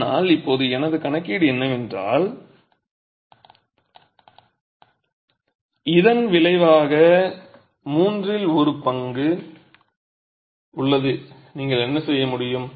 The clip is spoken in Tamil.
ஆனால் இப்போது எனது கணக்கு என்னவென்றால் இதன் விளைவாக மூன்றில் ஒரு பங்கிற்கு வெளியே உள்ளது நீங்கள் என்ன செய்ய முடியும்